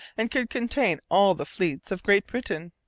and could contain all the fleets of great britain.